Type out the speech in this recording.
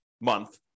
month